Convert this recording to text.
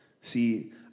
See